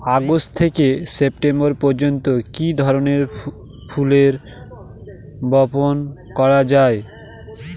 August থেকে September পর্যন্ত কি ধরনের ফুল বপন করা যায়?